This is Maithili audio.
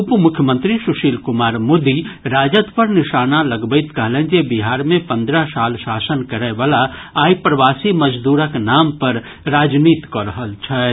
उप मुख्यमंत्री सुशील कुमार मोदी राजद पर निशाना लगबैत कहलनि जे बिहार मे पंद्रह साल शासन करयवला आइ प्रवासी मजदूरक नाम पर राजनीति कऽ रहल छथि